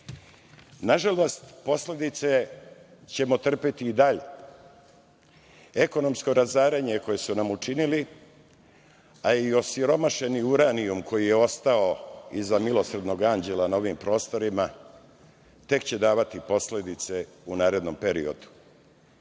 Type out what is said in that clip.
države. Nažalost, posledice ćemo trpeti i dalje. Ekonomsko razaranje koje su nam učinili, a i osiromašeni uranijum koji je ostao iza „milosrdnog anđela“ na ovim prostorima, tek će davati posledice u narednom periodu. Zato